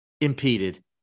impeded